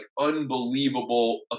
unbelievable